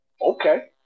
Okay